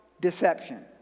deception